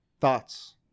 thoughts